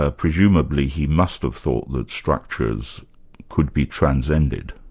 ah presumably he must have thought that structures could be transcended?